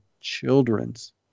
children's